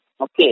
Okay